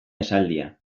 esaldia